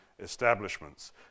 establishments